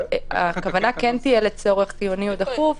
הכוונה כן תהיה לצורך חיוני או דחוף.